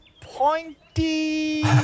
Pointy